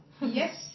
Yes